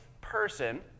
person